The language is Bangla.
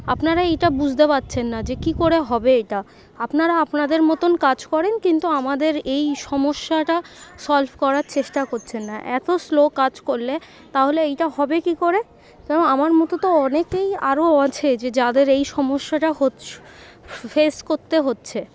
আপনারা এইটা বুঝতে পারছেন না যে কী করে হবে এটা আপনারা আপনাদের মতন কাজ করেন কিন্তু আমাদের এই সমস্যাটা সলভ করার চেষ্টা করছেন না এত স্লো কাজ করলে তাহলে এইটা হবে কী করে কারণ আমার মতো তো অনেকেই আরও আছে যে যাদের এই সমস্যাটা হোছ ফেস করতে হচ্ছে